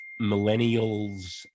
millennials